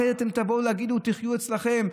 אחרי זה תבואו ותגידו: תחיו אצלכם.